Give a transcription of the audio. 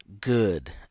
Good